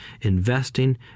investing